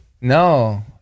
No